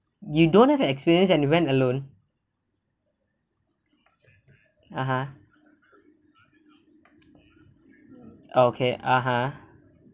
you don't have an experience and you went alone (uh huh) okay (uh huh)